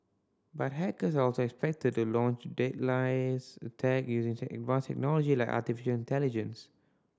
but hackers are also expected to launch deadlier's attack using advanced technology like artificial intelligence